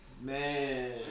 Man